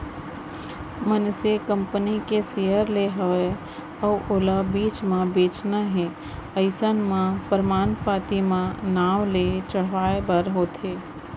मनसे कंपनी के सेयर ले हवय अउ ओला बीच म बेंचना हे अइसन म परमान पाती म नांव ल चढ़हाय बर होथे